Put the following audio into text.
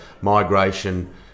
migration